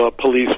police